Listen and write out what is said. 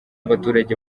abaturage